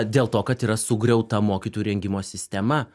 dėl to kad yra sugriauta mokytojų rengimo sistema